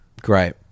great